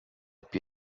più